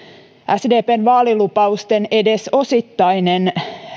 sdpn vaalilupausten edes osittainen